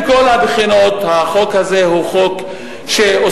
מכל הבחינות החוק הזה הוא חוק שעושה